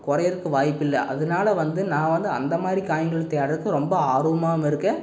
குறையுறதுக்கு வாய்ப்பில்லை அதனால வந்து நான் வந்து அந்தமாதிரி காயின்கள் தேடுறதுக்கு ரொம்ப ஆர்வமாகவும் இருக்கேன்